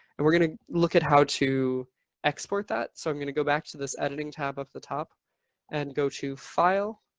and we're going to look at how to export that so i'm going to go back to this editing tab of the top and go to file,